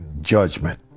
judgment